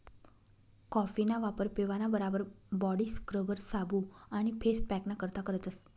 कॉफीना वापर पेवाना बराबर बॉडी स्क्रबर, साबू आणि फेस पॅकना करता करतस